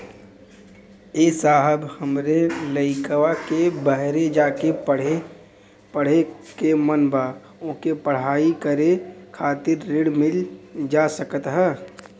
ए साहब हमरे लईकवा के बहरे जाके पढ़े क मन बा ओके पढ़ाई करे खातिर ऋण मिल जा सकत ह?